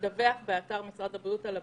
לדווח באתר משרד הבריאות על הבידוד.